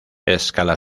escala